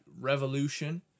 Revolution